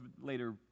later